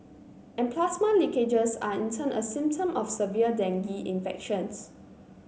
and plasma leakages are in turn a symptom of severe dengue infections